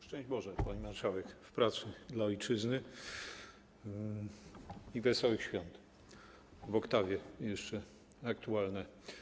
Szczęść Boże, pani marszałek, w pracy dla ojczyzny i wesołych świąt - w oktawie jeszcze aktualne.